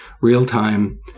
real-time